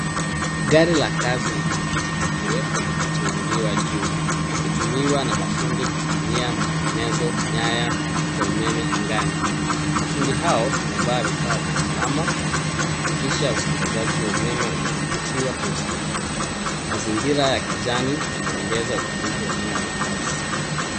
Gari la kazi lina kijiti kirefu kinachoinuliwa juu likiwa na mafundi kufanyia matengenezo nyama za umeme angani. Mafundi hao wamevaa vifaa vya usalama wakihakikisha usambazaji wa umeme unadhibitiwa kwa usahihi. Mazingira ya kijani yanaongeza utulivu wa eneo la kazi.